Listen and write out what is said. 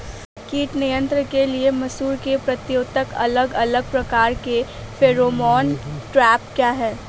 कीट नियंत्रण के लिए मसूर में प्रयुक्त अलग अलग प्रकार के फेरोमोन ट्रैप क्या है?